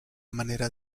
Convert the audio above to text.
manera